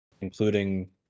Including